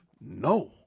no